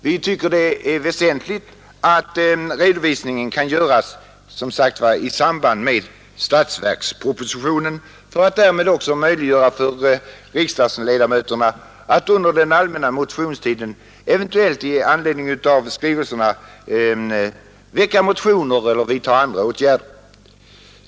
Vi tycker att det är väsentligt att redovisningen kan göras i samband med statsverkspropositionen för att därmed också möjliggöra för riksdagsledamöterna att under den allmänna motionstiden i anledning av skrivelserna väcka motioner eller vidta andra åtgärder.